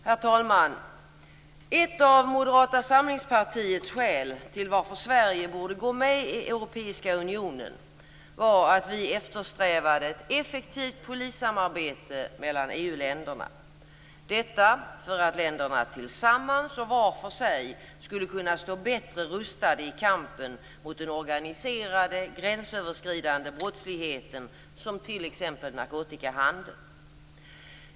Herr talman! Ett av Moderata samlingspartiets skäl till varför Sverige borde gå med i Europeiska unionen var att vi eftersträvade ett effektivt polissamarbete mellan EU-länderna - detta för att länderna, tillsammans och var för sig, skulle kunna stå bättre rustade i kampen mot den organiserade, gränsöverskridande brottsligheten, t.ex. narkotikahandeln.